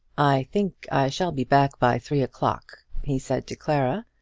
i think i shall be back by three o'clock, he said to clara,